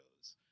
shows